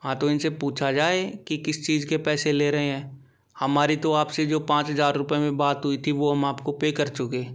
हाँ तो इनसे पूछा जाए कि किस चीज के पैसे ले रहे हैं हमारी तो आपसे जो पाँच हजार रूपए में बात हुई थी वो हम आपको पे कर चुके